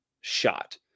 shot